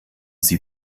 sie